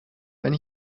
wenn